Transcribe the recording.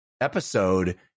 episode